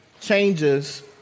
changes